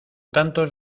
tantos